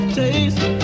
taste